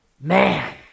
man